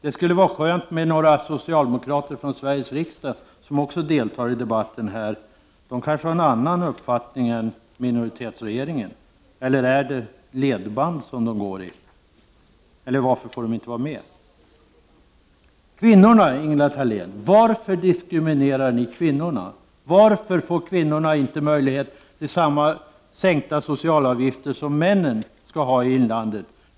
Det skulle vara skönt om några socialdemokrater från Sveriges riksdag också deltog i den här debatten. De kanske har en annan uppfattning än minoritetsregeringen! Eller går de i regeringens ledband? Varför diskriminerar ni kvinnorna, Ingela Thalén? Varför får kvinnorna inte möjlighet till samma sänkta socialavgifter som männen i inlandet?